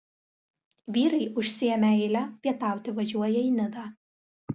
vyrai užsiėmę eilę pietauti važiuoja į nidą